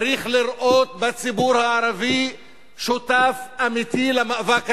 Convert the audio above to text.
צריך לראות בציבור הערבי שותף אמיתי למאבק הזה,